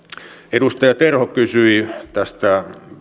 edustaja terho kysyi tästä